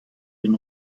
den